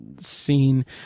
scene